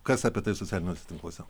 kas apie tai socialiniuose tinkluose